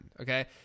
Okay